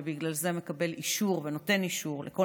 ובגלל זה מקבל אישור ונותן אישור לכל